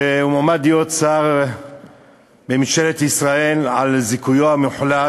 שמועמד להיות שר בממשלת ישראל, על זיכויו המוחלט.